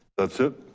that's it?